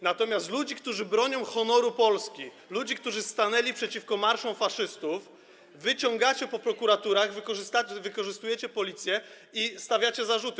Natomiast ludzi, którzy bronią honoru Polski, ludzi, którzy stanęli przeciwko marszom faszystów, wy ciągacie po prokuraturach, wykorzystujecie Policję i stawiacie im zarzuty.